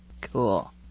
Cool